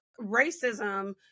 racism